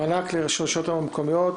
מענק לרשויות המקומיות,